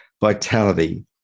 vitality